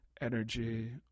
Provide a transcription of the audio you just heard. energy